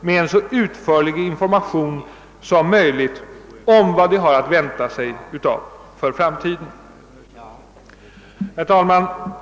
med en så utförlig information som möjligt om vad de har att vänta sig för framtiden. Herr talman!